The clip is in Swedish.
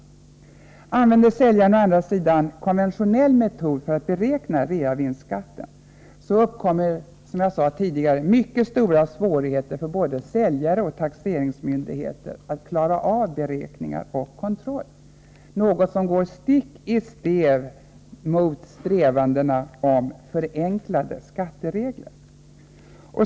Tillämpar säljaren å andra sidan konventionell metod för att beräkna reavinstskatten uppkommer, som jag sade tidigare, mycket stora svårigheter för både säljaren och taxeringsmyndigheterna att klara av beräkningar och kontroll — stick i stäv mot strävandena att förenkla skattereglerna.